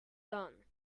done